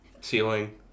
ceiling